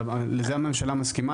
אבל לזה הממשלה מסכימה,